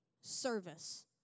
service